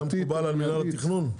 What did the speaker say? זה מקובל על מינהל התכנון?